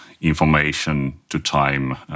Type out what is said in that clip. information-to-time